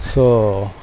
so